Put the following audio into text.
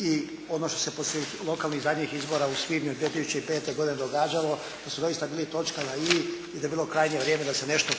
i ono što se poslije lokalnih zadnjih izbora u svibnju 2005. godine događalo, da su doista bili točka na "i" i da je bilo krajnje vrijeme da se nešto